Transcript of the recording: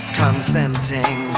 consenting